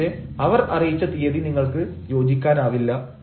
പക്ഷേ അവർ അറിയിച്ച തീയതി നിങ്ങൾക്ക് യോജിക്കാനാവില്ല